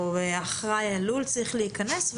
או אחראי עלול צריך להיכנס,